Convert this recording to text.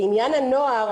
לעניין הנוער,